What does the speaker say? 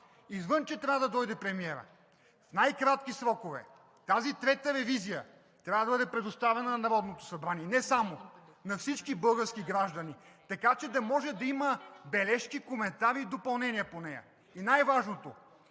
това, че трябва да дойде премиерът, то в най-кратки срокове тази трета ревизия трябва да бъде предоставена на Народното събрание, а и на всички български граждани, така че да може да има бележки, коментари и допълнения по нея. И най-важното,